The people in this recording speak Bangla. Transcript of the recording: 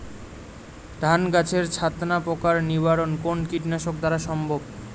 ধান গাছের ছাতনা পোকার নিবারণ কোন কীটনাশক দ্বারা সম্ভব?